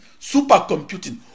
supercomputing